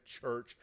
church